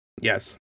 yes